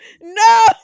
no